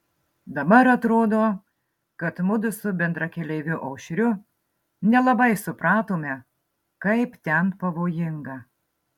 dabar atrodo kad mudu su bendrakeleiviu aušriu nelabai supratome kaip ten pavojinga